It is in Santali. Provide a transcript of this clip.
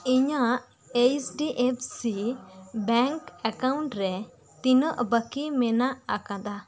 ᱤᱧᱟᱹᱜ H D F C bank account ᱨᱮ ᱛᱤᱱᱟᱹᱜ ᱵᱟᱹᱠᱤ ᱢᱮᱱᱟᱜ ᱟᱠᱟᱫᱟ